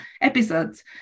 episodes